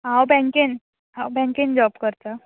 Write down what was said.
हांव बॅकेन हांव बॅकेन जॉब करतां